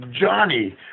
Johnny